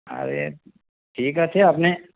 আরে ঠিক আছে আপনি